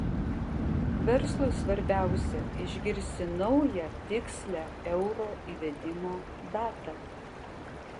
verslui svarbiausia išgirsti naują tikslią euro įvedimo datą